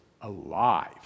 alive